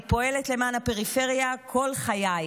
אני פועלת למען הפריפריה כל חיי,